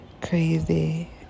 crazy